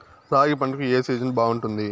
రాగి పంటకు, ఏ సీజన్ బాగుంటుంది?